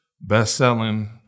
best-selling